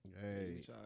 Hey